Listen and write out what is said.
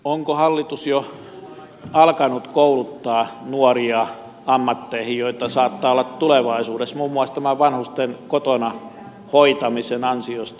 onko hallitus jo alkanut kouluttaa nuoria ammatteihin joita saattaa olla tulevaisuudessa muun muassa vanhusten kotona hoitamisen ansiosta